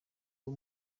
rwo